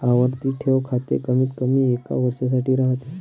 आवर्ती ठेव खाते कमीतकमी एका वर्षासाठी राहते